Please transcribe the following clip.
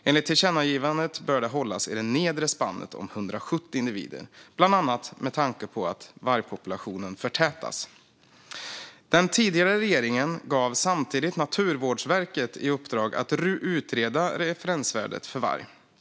Enligt tillkännagivandet bör det hållas i det nedre spannet om 170 individer, bland annat med tanke på att vargpopulationen förtätas. Den tidigare regeringen gav samtidigt Naturvårdsverket i uppdrag att utreda referensvärdet för varg.